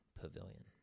pavilion